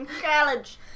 College